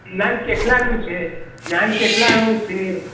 નાન કેટલાનું છે નાન કેટલાનું છે